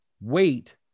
wait